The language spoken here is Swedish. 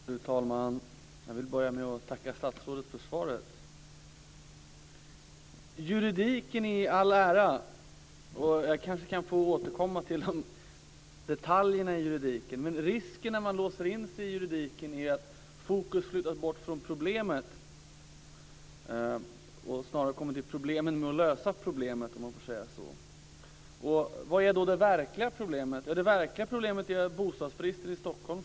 Fru talman! Jag vill börja med att tacka statsrådet för svaret. Juridik i all ära. Jag kanske kan få återkomma till detaljerna i juridiken. Risken när man låser in sig i juridiken är att fokus flyttas bort från problemet och snarare kommer på problemen med att lösa problemet, om jag får säga så. Vad är då det verkliga problemet? Jo, det verkliga problemet är för det första bostadsbristen i Stockholm.